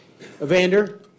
Evander